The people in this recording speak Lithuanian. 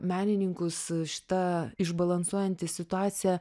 menininkus šita išbalansuojanti situacija